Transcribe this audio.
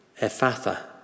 Ephatha